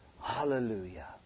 Hallelujah